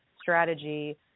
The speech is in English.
strategy